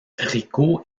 rico